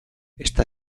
está